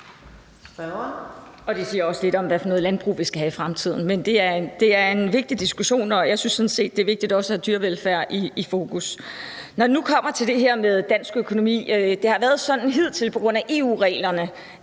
Det siger også lidt om, hvad for et landbrug vi skal have i fremtiden. Det er en vigtig diskussion, og jeg synes sådan set, at det er vigtigt også at have dyrevelfærd i fokus. Når nu det kommer til det her med dansk økonomi, har det hidtil været sådan på grund af EU-reglerne,